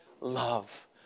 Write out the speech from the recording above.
love